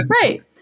Right